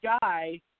guy